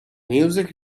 music